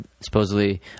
supposedly